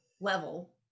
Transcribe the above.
level